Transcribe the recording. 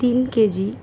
তিন কেজি